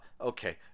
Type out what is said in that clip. okay